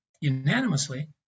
unanimously